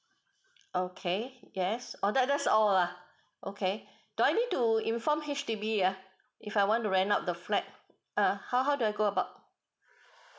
okay yes oh that's that's all uh okay do I need to inform H_D_B uh if I want to rent out the flat uh how how do I go about